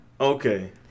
Okay